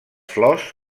flors